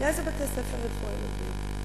לאיזה בתי-ספר ילכו הילדים?